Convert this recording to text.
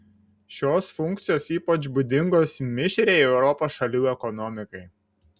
šios funkcijos ypač būdingos mišriai europos šalių ekonomikai